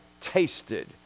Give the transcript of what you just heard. tasted